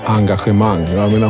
engagemang